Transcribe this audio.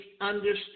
understand